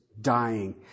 dying